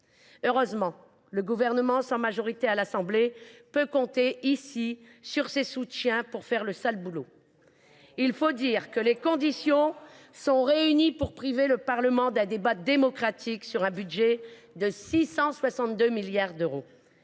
Heureusement, le Gouvernement, sans majorité à l’Assemblée nationale, peut compter sur ses soutiens ici, au Sénat, pour faire le sale boulot. Il faut le dire aussi, les conditions sont réunies pour priver le Parlement d’un débat démocratique sur un budget de 662 milliards d’euros.